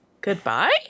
Goodbye